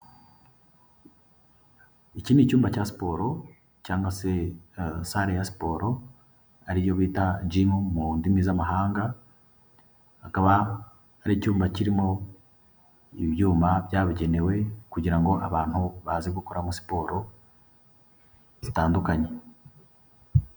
Iki n'icyumba cya siporo cyangwa se sare ya sport ariyo bita JGYM mu ndimi z'amahanga, akaba ar' icyumba kirimo ibyuma byabugenewe kugira abantu baze gukoramo siporo zitandukanye.